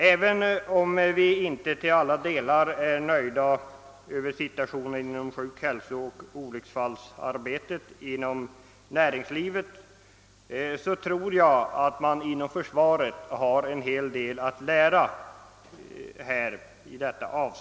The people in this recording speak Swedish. Även om vi inte till alla delar är nöjda med situationen på sjukoch hälsovårdens område inom näringslivet torde dock försvaret ha en hel del att lära därav.